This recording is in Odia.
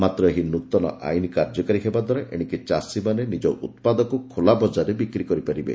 ମାତ୍ର ଏହି ନୂତନ ଆଇନ୍ କାର୍ଯ୍ୟକାରୀ ହେବା ଦ୍ୱାରା ଏଣିକି ଚାଷୀମାନେ ନିଜ ଉତ୍ପାଦକୁ ଖୋଲା ବଜାରରେ ବିକ୍ରି କରିପାରିବେ